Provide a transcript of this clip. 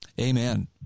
Amen